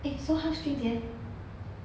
eh so how's jun jie